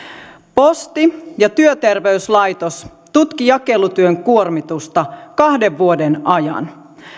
posti ja työterveyslaitos tutkivat jakelutyön kuormitusta kahden vuoden ajan